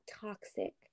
toxic